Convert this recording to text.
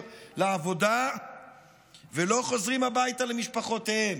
לעבודה ולא חוזרים הביתה למשפחותיהם?